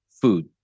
food